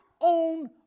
own